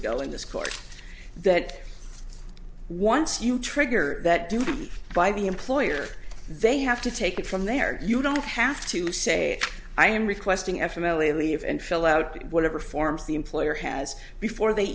ago in this court that once you trigger that duty by the employer they have to take it from there you don't have to say i am requesting f mily leave and fill out whatever forms the employer has before they